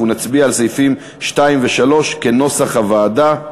נצביע על סעיפים 2 ו-3 כנוסח הוועדה.